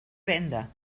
venda